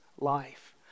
life